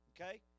okay